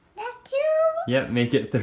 that's two? yep, make it three.